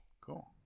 cool